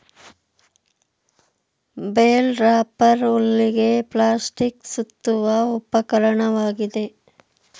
bale wrapper ಹುಲ್ಲಿಗೆ plastic ಸುತ್ತುವ ಉಪಕರಣವಾಗಿದೆ